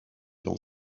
dans